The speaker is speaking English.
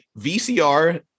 VCR